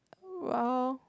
oh well